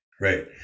right